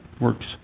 works